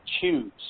choose